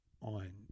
on